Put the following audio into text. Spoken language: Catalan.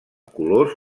colors